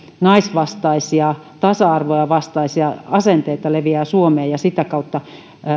naisvastaisia ja tasa arvon vastaisia asenteita leviää suomeen ja sitä kautta